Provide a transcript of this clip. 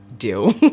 deal